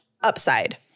upside